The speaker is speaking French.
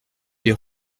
des